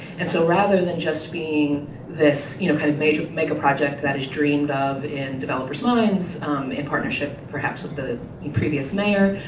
and so rather than just being this you know kind of major make a project that is dreamed of in developer's minds in partnership, perhaps, with the previous mayor,